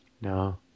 No